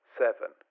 seven